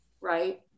right